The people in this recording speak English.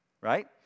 right